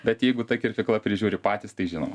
bet jeigu ta kirpykla prižiūri patys tai žino